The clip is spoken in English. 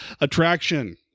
attraction